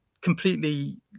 completely